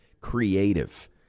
Creative